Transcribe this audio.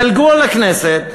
דלגו על הכנסת.